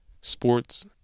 sports